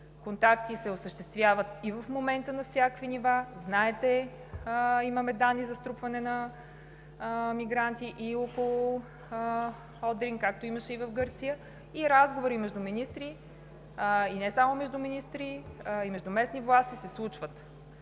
Контакти се осъществяват и в момента на всякакви нива – знаете, имаме данни за струпване на мигранти и около Одрин, както имаше и в Гърция. Разговори между министри и не само между министри, а и между местни власти, се случват.